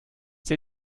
dir